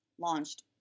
launched